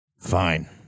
Fine